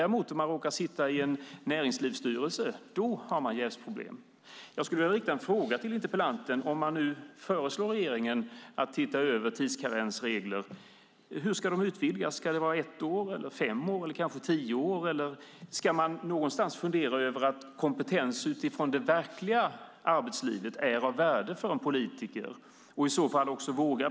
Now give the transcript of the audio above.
Råkar man däremot sitta i en näringslivsstyrelse har man jävsproblem. Om man föreslår regeringen att se över tidskarensreglerna, hur ska de då utvidgas? Ska det vara ett år, fem år eller tio år? Ska man fundera över att kompetens utifrån det verkliga arbetslivet är av värde för en politiker?